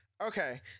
Okay